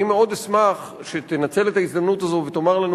אני מאוד אשמח שתנצל את ההזדמנות הזאת ותאמר לנו